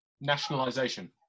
Nationalisation